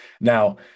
Now